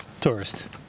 Tourist